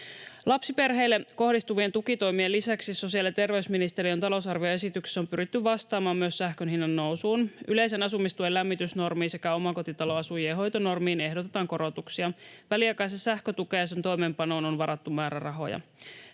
Lapsiperheille kohdistuvien tukitoimien lisäksi sosiaali- ja terveysministeriön talousarvioesityksessä on pyritty vastaamaan myös sähkön hinnan nousuun. Yleisen asumistuen lämmitysnormiin sekä omakotitaloasujien hoitonormiin ehdotetaan korotuksia. Väliaikaiseen sähkötukeen ja sen toimeenpanoon on varattu määrärahoja.